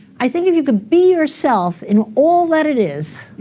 i think if you can be yourself and all that it is,